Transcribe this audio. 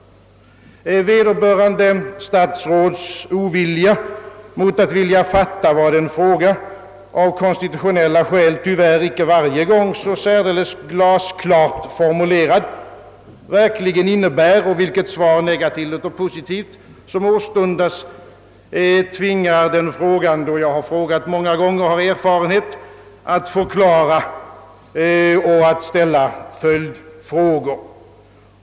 Vederbörande statsråds ovilja mot att vilja fatta vad en fråga, av konstitutionella skäl tyvärr inte varje gång så särdeles glasklart formulerad, verkligen innebär och vilket svar, negativt eller positivt, som åstundas, tvingar den frågande — och jag har frågat flera gånger och har erfarenhet — att förklara och att ställa följdfrågor.